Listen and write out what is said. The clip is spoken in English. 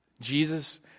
Jesus